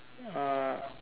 uh